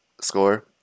score